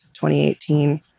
2018